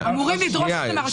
אמורים לדרוש את זה מהרש"פ.